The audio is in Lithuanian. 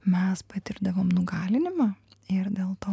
mes patirdavome nugalinimą ir dėl to